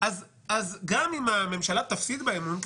אז גם אם הממשלה תפסיד באי-אמון,